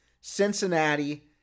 Cincinnati